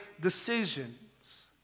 decisions